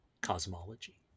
cosmology